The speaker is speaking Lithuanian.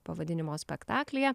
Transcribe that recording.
pavadinimo spektaklyje